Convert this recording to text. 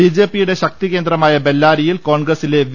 ബിജെപിയുടെ ശക്തികേന്ദ്രമായ ബെല്ലാരിയിൽ കോൺഗ്രസിലെ വി